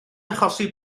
achosi